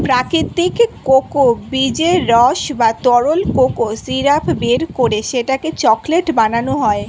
প্রাকৃতিক কোকো বীজের রস বা তরল কোকো সিরাপ বের করে সেটাকে চকলেট বানানো হয়